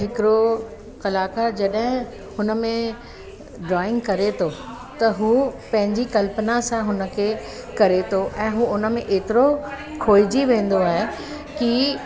हिकिड़ो कलाकारु जॾहिं हुन में ड्रॉइंग करे थो त हू पंहिंजी कल्पना सां हुन खे करे थो ऐं हू उन में एतिरो खोइजे वेंदो आहे कि